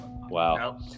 Wow